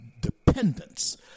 dependence